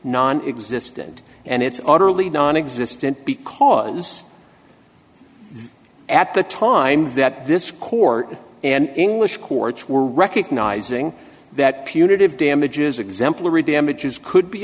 non existant and it's utterly nonexistent because at the time that this court and english courts were recognizing that punitive damages exemplary damages could be